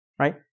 Right